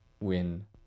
win